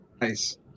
nice